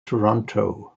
toronto